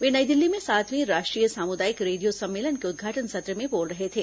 वे नई दिल्ली में सातवें राष्ट्रीय सामुदायिक रेडियो सम्मेलन के उद्घाटन सत्र में बोल रहे थे